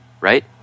right